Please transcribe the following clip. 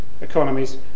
economies